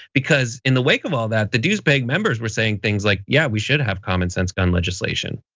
because in the wake of all that the dues paying members were saying things like, yeah, we should have common sense gun legislation.